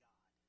God